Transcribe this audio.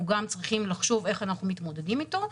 גם צריכים לחשוב איך אנחנו מתמודדים אתו,